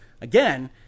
Again